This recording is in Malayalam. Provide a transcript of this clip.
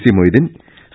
C Moideen C